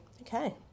Okay